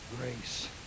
grace